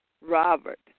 Robert